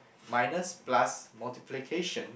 minus plus multiplication